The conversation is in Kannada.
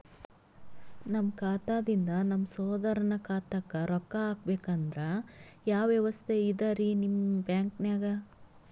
ನಮ್ಮ ಖಾತಾದಿಂದ ನಮ್ಮ ಸಹೋದರನ ಖಾತಾಕ್ಕಾ ರೊಕ್ಕಾ ಹಾಕ್ಬೇಕಂದ್ರ ಯಾವ ವ್ಯವಸ್ಥೆ ಇದರೀ ನಿಮ್ಮ ಬ್ಯಾಂಕ್ನಾಗ?